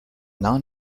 non